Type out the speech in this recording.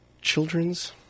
Children's